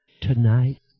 tonight